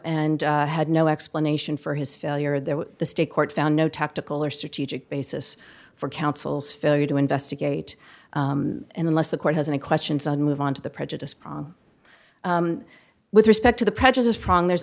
and had no explanation for his failure that the state court found no tactical or strategic basis for counsel's failure to investigate and unless the court has and questions on move on to the prejudice with respect to the prejudice prong there's